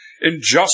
injustice